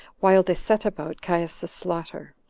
while they set about caius's slaughter.